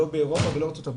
לא באירופה ולא בארצות הברית,